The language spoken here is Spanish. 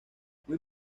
muy